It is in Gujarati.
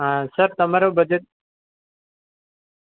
હા સર તમારું બજેટ